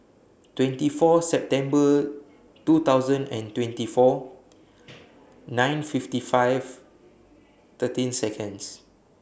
twenty four September two thousand and twenty four nine fifty five thirteen Seconds